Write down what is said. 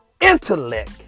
intellect